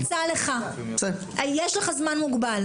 אני ממליצה לך, יש לך זמן מוגבל.